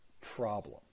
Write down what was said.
problem